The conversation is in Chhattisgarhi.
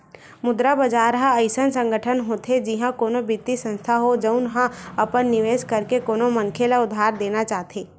मुद्रा बजार ह अइसन संगठन होथे जिहाँ कोनो बित्तीय संस्थान हो, जउन ह अपन निवेस करके कोनो मनखे ल उधार देना चाहथे